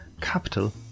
Capital